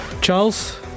Charles